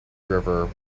river